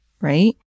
right